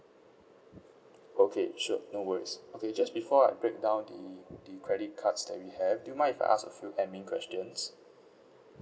okay sure no worries okay just before I break down the the credit cards that we have do you mind if I ask a few administrative questions